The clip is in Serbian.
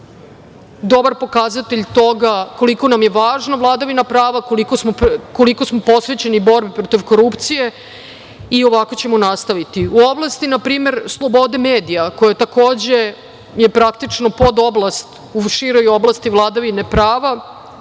dobar pokazatelj toga koliko nam je važna vladavina prava, koliko smo posvećeni borbi protiv korupcije i ovako ćemo nastaviti.U oblasti, na primer, slobode medija koja je takođe, praktično, podoblast u široj oblasti vladavine prava,